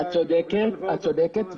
את צודקת.